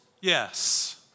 Yes